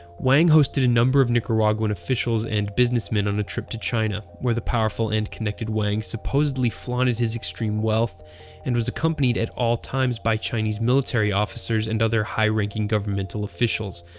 wang hosted a number of nicaraguan officials and businessmen on a trip to china, where the powerful and connected wang supposedly flaunted his extreme wealth and was accompanied at all times by chinese military officers and other high-ranking governmental officials.